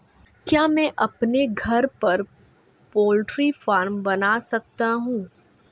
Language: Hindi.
क्या मैं अपने घर पर पोल्ट्री फार्म बना सकता हूँ?